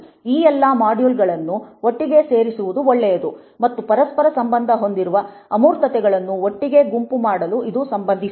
ಈ ಎಲ್ಲಾ ಮಾಡ್ಯೂಲ್ಗಳನ್ನು ಒಟ್ಟಿಗೆ ಸೇರಿಸುವುದು ಒಳ್ಳೆಯದು ಮತ್ತು ಪರಸ್ಪರ ಸಂಬಂಧ ಹೊಂದಿರುವ ಅಮೂರ್ತತೆಗಳನ್ನು ಒಟ್ಟಿಗೆ ಗುಂಪು ಮಾಡಲು ಇದು ಸಂಬಂಧಿಸಿದೆ